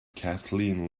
kathleen